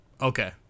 okay